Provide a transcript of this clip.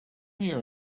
here